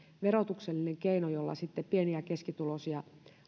verotuksellinen keino jolla pieni ja keskituloisia